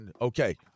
Okay